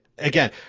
Again